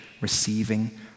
receiving